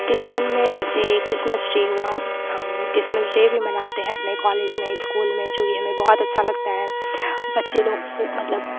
क्रिशन में जैसे Christmas tree हुआ हम क्रिसमस डे भी मनाते हैं अपने कॉलेज में स्कूल जो की हमें बहुत अच्छा लगता है बच्चे लोगों को मतलब